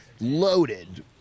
loaded